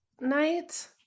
night